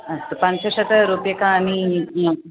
अस्तु पञ्चशतरूप्यकाणि